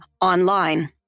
online